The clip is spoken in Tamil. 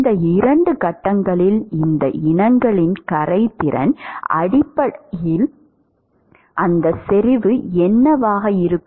இந்த இரண்டு கட்டங்களில் இந்த இனங்களின் கரைதிறன் அடிப்படையில் அந்த செறிவு என்னவாக இருக்கும்